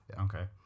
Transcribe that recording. Okay